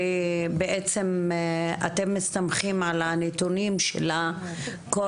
שבעצם אתם מסתמכים על הנתונים שלה כל